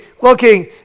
looking